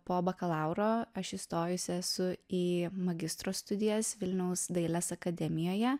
po bakalauro aš įstojusi esu į magistro studijas vilniaus dailės akademijoje